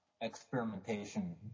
experimentation